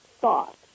thought